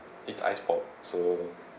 it's ice pop so